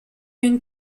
une